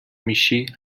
میشی